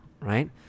right